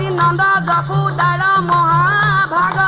la la la la la la la